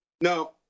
No